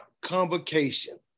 convocation